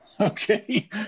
Okay